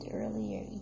earlier